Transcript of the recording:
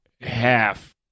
half